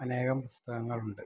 അനേകം പുസ്തകങ്ങളുണ്ട്